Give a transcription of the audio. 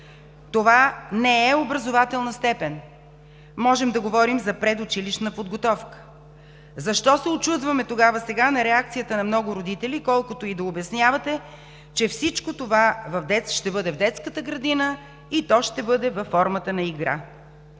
Това не е образователна степен. Можем да говорим за предучилищна подготовка. Защо тогава се учудваме на реакцията на много родители, колкото и да обяснявате, че всичко това ще бъде в детската градина и то ще бъде във формата на игра?